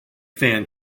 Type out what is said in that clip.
fan